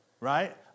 Right